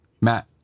Matt